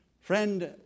Friend